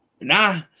Nah